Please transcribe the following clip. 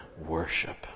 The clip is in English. worship